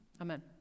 Amen